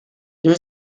there